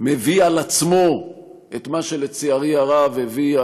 מביא על עצמו את מה שלצערי הרב הביאה